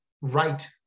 right